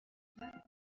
لطفا